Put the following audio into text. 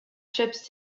ships